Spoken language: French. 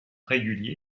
régulier